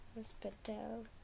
Hospital